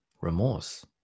remorse